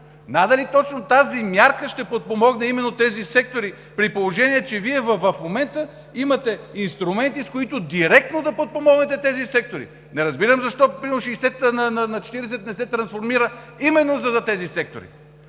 Надали мярката ще подпомогне именно тези сектори, при положение че Вие в момента имате инструменти, с които директно да подпомогнете тези сектори. Не разбирам защо примерно 60/40 не се трансформира именно за тези сектори?!